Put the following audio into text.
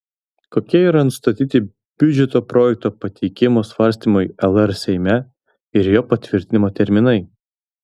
kokie yra nustatyti biudžeto projekto pateikimo svarstymui lr seime ir jo patvirtinimo terminai